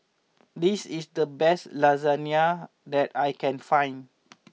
this is the best Lasagna that I can find